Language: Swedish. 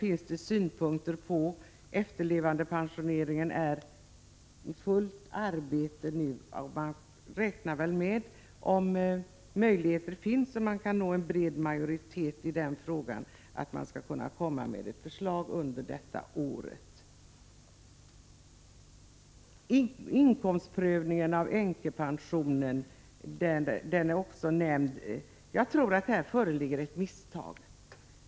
En översyn av efterlevandepensioneringen pågår för fullt. Man räknar med att om möjligt nå en bred majoritet i frågan och att man skall kunna framlägga förslag under innevarande år. Inkomstprövningen av änkepensionen är också nämnd. Jag tror att här föreligger ett misstag.